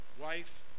wife